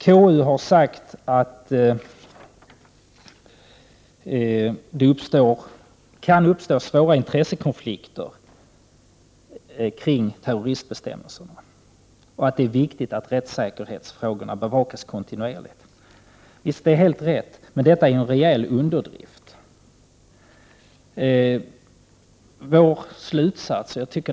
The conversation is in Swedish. KU har sagt att det kan uppstå svåra intressekonflikter kring terroristbestämmelserna och att det är viktigt att rättssäkerhetsfrågorna bevakas kontinuerligt. Det är helt riktigt, men det är ändå en rejäl underdrift.